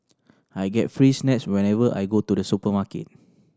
I get free snacks whenever I go to the supermarket